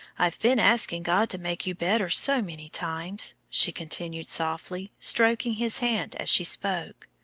i've been asking god to make you better so many times, she continued, softly stroking his hand as she spoke,